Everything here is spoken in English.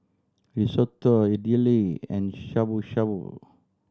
Risotto Idili and Shabu Shabu